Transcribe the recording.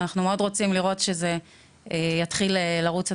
ואנחנו רוצים מאוד לראות שזה יתחיל לרוץ.